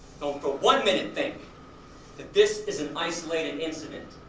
don't for one minute think that this is an isolated incident!